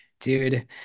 dude